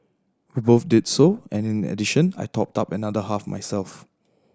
we both did so and in addition I topped up another half myself